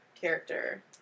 character